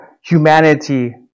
humanity